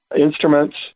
instruments